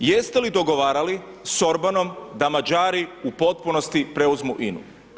Jeste li dogovarali s Orbanom da Mađari u potpunosti preuzmu INA-u?